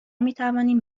میتوانیم